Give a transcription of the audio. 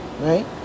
right